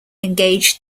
engaged